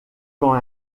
quand